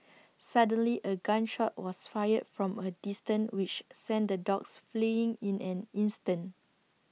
suddenly A gun shot was fired from A distance which sent the dogs fleeing in an instant